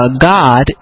God